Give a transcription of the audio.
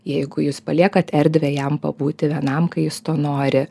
jeigu jūs paliekat erdvę jam pabūti vienam kai jis to nori